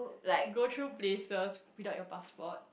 go through places without your passport